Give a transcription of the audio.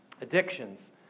addictions